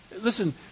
Listen